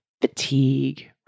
fatigue